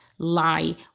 lie